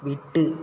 விட்டு